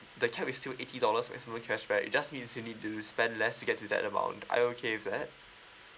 the cap is still eighty dollars maximum cashback you just need simply to spend less to get to that amount are you okay with that